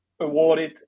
awarded